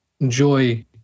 enjoy